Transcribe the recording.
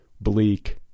bleak